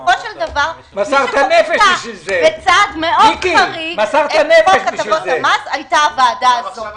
בסופו של דבר מי שחוקקה בצעד מאוד חריג את הטבות המס הייתה הוועדה הזאת.